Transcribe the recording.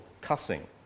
cussing